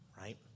right